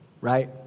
right